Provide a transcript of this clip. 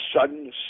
sudden